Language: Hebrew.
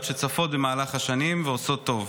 שהן נותנת מענה לבעיות שצפות במהלך השנים ועושות טוב.